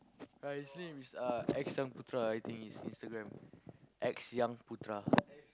right his name is uh X-Yung-Putra I think his Instagram X-Yung-Putra